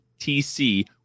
TC